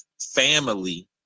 family